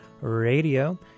Radio